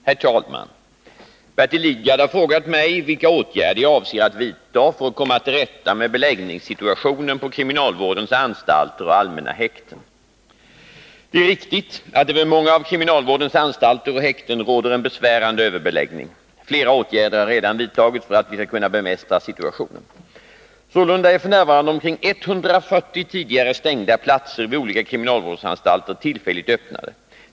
Herr talman! Bertil Lidgard har frågat mig vilka åtgärder jag avser att vidta för att komma till rätta med beläggningssituationen på kriminalvårdens anstalter och allmänna häkten. Det är riktigt att det vid många av kriminalvårdens anstalter och häkten råder en besvärande överbeläggning. Flera åtgärder har redan vidtagits för att vi skall kunna bemästra situationen. Sålunda är f. n. omkring 140 tidigare stängda platser vid olika kriminalvårdsanstalter tillfälligt öppnade.